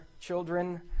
children